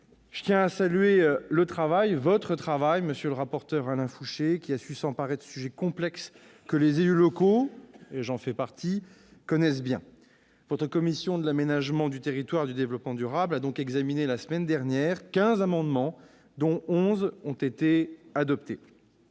Je tiens à saluer le travail du rapporteur, Alain Fouché, qui a su s'emparer de sujets complexes que les élus locaux, dont je fais partie, connaissent bien. La commission de l'aménagement du territoire et du développement durable du Sénat a examiné, la semaine dernière, quinze amendements, dont onze ont été adoptés.